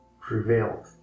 prevailed